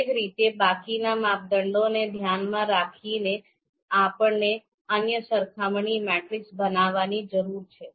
એ જ રીતે બાકીના માપદંડને ધ્યાનમાં રાખીને આપણે અન્ય સરખામણી મેટ્રિસ બનાવવાની જરૂર છે